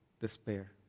despair